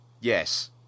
Yes